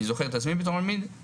אני זוכר את עצמי בתור תלמיד,